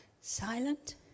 silent